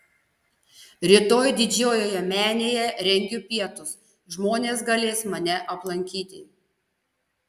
rytoj didžiojoje menėje rengiu pietus žmonės galės mane aplankyti